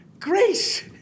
Grace